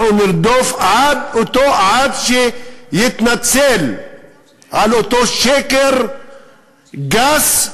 אנחנו נרדוף אותו עד שהוא יתנצל על אותו שקר גס,